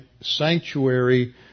sanctuary